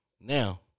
Now